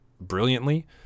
brilliantly